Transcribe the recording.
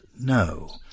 no